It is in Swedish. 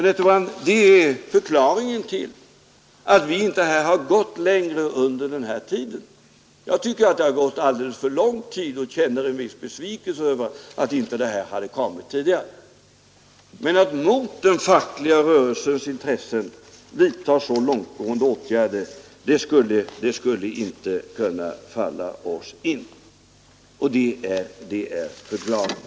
Detta är förklaringen till att vi inte gått längre under denna tid, fru Nettelbrandt. Jag tycker att det gått alldeles för lång tid, och jag känner en viss besvikelse över att detta inte kommit tidigare. Men det skulle aldrig falla oss in att vidta sådana långtgående åtgärder mot den fackliga rörelsens intressen. Det är förklaringen.